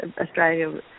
Australia